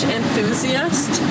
enthusiast